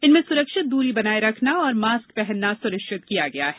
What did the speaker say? इनमें सुरक्षित दूरी बनाए रखना और मास्क पहनना सुनिश्चित किया गया है